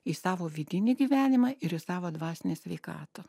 į savo vidinį gyvenimą ir į savo dvasinę sveikatą